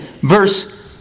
verse